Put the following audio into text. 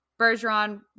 Bergeron